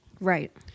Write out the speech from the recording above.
Right